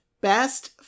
Best